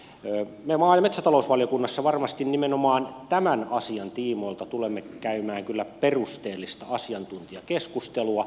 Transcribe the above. me maa ja metsätalousvaliokunnassa varmasti nimenomaan tämän asian tiimoilta tulemme käymään kyllä perusteellista asiantuntijakeskustelua